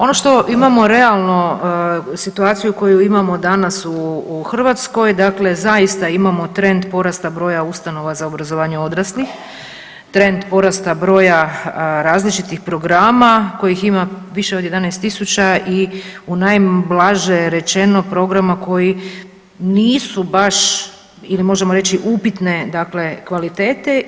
Ono što imamo realno situaciju koju imamo danas u Hrvatskoj dakle zaista imamo trend porasta broja ustanova za obrazovanje odraslih, trend porasta broja različitih programa kojih ima više od 11 tisuća i najblaže rečeno programa koji nisu baš ili možemo reći upitne dakle kvalitete.